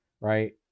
Right